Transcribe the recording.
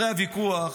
הרי הוויכוח,